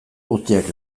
guztiak